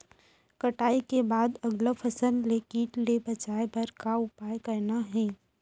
कटाई के बाद अगला फसल ले किट ले बचाए बर का उपाय करना हे?